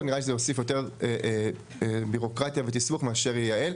אבל נראה לי שזה יוסיף יותר בירוקרטיה ותסבוך מאד לייעל.